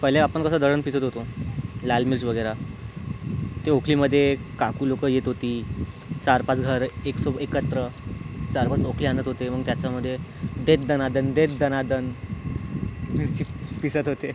पहिले आपण कसं दळण पिसत होतो लाल मिर्च वगैरा ते उखळीमधे काकू लोक येत होती चार पाच झारे एक सो एकत्र चार पाच ओखळे आणत होते मग त्याच्यामधे दे दनणादण दे दणादण मिरची पिसत होते